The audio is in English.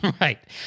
Right